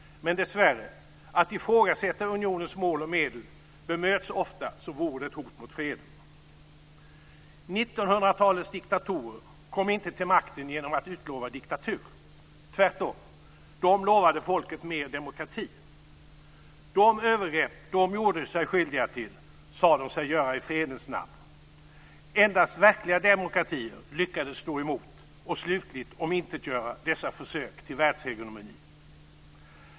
Men, dessvärre, att ifrågasätta unionens mål och medel bemöts ofta som vore det ett hot mot freden. 1900-talets diktatorer kom inte till makten genom att utlova diktatur. Tvärtom, de lovade folket mer demokrati. De övergrepp de gjorde sig skyldiga till sade de sig göra i fredens namn. Endast verkliga demokratier lyckades stå emot och slutligt omintetgöra dessa försök till världshegemoni.